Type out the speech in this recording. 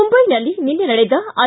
ಮುಂದೈನಲ್ಲಿ ನಿನ್ನೆ ನಡೆದ ಐ